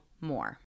more